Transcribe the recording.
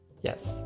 Yes